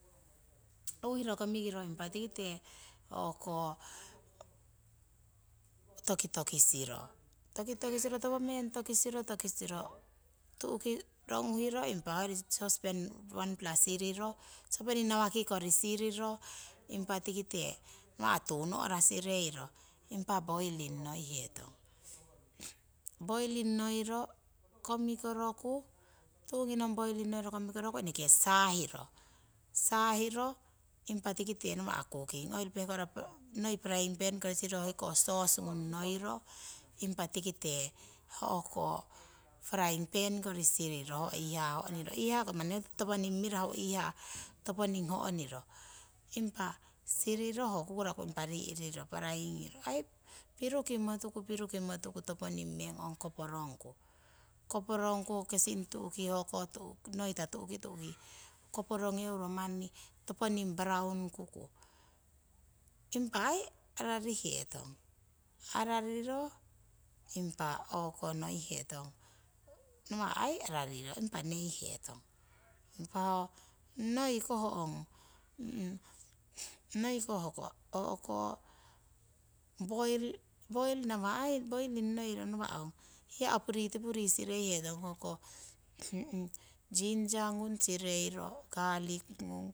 Uhiro komikiro tikite tokitoki siro tokisiro topomeng tokisiro tu'uki ronghiro hoyori sosopeni wanpla siriro impa tikite tuu no'ra sireiro. Impa boiling noihetong, boiling noiro komikoroku tuugi nong boiling noiro komikoroku eneke sahiro. Sahiro impa tikite nawa' kuking oil pehkora noi praing penikori siriro ongi ko sauce ngung noiro impa tikite fring penikori siriro. Ho ihaa ho'niro ihaa manni ho mirahu ihaa toponing hohniro impa siriro ho kukuraku siriro paraigiro aii pirukimo pirukimo tuku toponing meng ong koporongku. Koporongku ong kesing tu'ki koporegeiro tu'ki toponing paraunu'ku impa aii ararihe tong arariro impa o'konoi hetong nawa' aii arariro neihetong. Impa ho noiko poiring nawah aii poiring noiku hiya ong opuritipuri sireihetong ginger ngung garlic ngung.